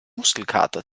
muskelkater